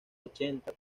ochenta